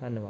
ਧੰਨਵਾਦ